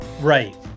Right